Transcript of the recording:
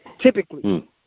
typically